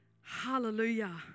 hallelujah